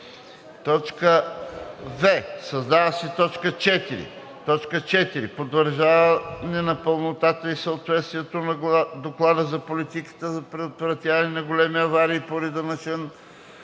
в) създава се т. 4: „4. потвърждаване на пълнотата и съответствието на доклада за политиката за предотвратяване на големи аварии по реда на чл.